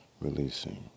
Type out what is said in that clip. releasing